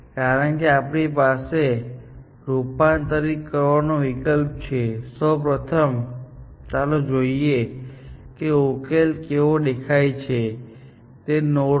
કારણ કે આપણી પાસે રૂપાંતરિત કરવાનો વિકલ્પ છે સૌ પ્રથમ ચાલો જોઈએ કે ઉકેલ કેવો દેખાય છે તે નોડ છે